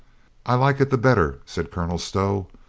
i like it the better, said colonel stow.